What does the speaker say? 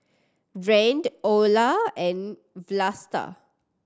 Rand Olar and Vlasta